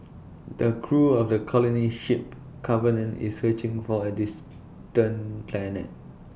the crew of the colony ship covenant is searching for A distant planet